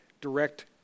direct